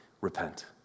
repent